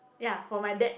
ya for my dad